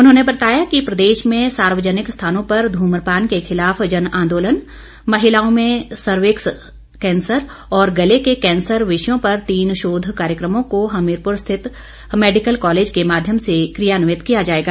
उन्होंने बताया कि प्रदेश में सार्वजनिक स्थानों पर ध्म्रपान के खिलाफ जनआंदोलन महिलाओं में सर्विक्स कैंसर और गले के कैंसर विषयों पर तीन शोध कार्यक्रमों को हमीरपुर स्थित मैडिकल कॉलेज के माध्यम से कियान्वित किया जाएगा